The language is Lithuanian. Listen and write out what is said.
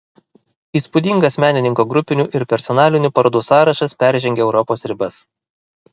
įspūdingas menininko grupinių ir personalinių parodų sąrašas peržengia europos ribas